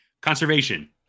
Conservation